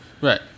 Right